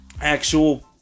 actual